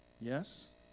Yes